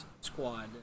Squad